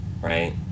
right